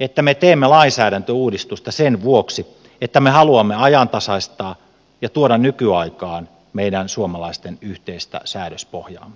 että me teemme lainsäädäntöuudistusta sen vuoksi että me haluamme ajantasaistaa ja tuoda nykyaikaan meidän suomalaisten yhteistä säädöspohjaa